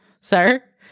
sir